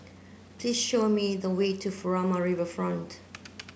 please show me the way to Furama